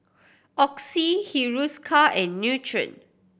Oxy Hiruscar and Nutren